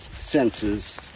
senses